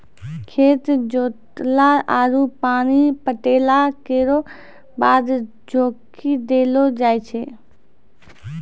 खेत जोतला आरु पानी पटैला केरो बाद चौकी देलो जाय छै?